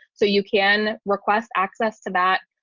so you can request access to that.